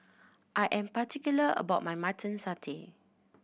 I am particular about my Mutton Satay